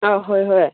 ꯍꯣꯏ ꯍꯣꯏ